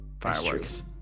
fireworks